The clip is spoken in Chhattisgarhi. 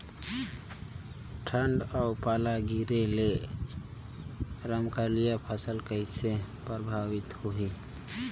ठंडा अउ पाला गिरे ले रमकलिया फसल कइसे प्रभावित होही?